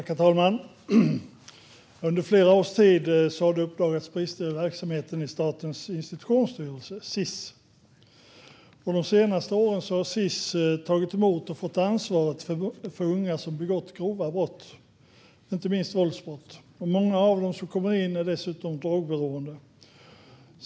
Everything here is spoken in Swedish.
Herr talman! Under flera års tid har det uppdagats brister i verksamheten vid Statens institutionsstyrelse, Sis. De senaste åren har Sis tagit emot och fått anslag för unga som begått grova brott, inte minst våldsbrott. Många av dem som kommer in är dessutom drogberoende.